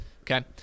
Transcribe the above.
Okay